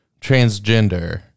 transgender